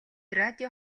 радио